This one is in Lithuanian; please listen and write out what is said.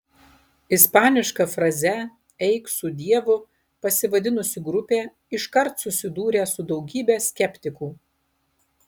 ispaniška fraze eik su dievu pasivadinusi grupė iškart susidūrė su daugybe skeptikų